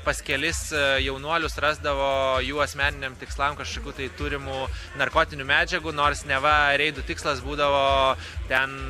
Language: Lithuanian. pas kelis jaunuolius rasdavo jų asmeniniam tikslam kažkokių tai turimų narkotinių medžiagų nors neva reidų tikslas būdavo ten